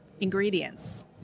ingredients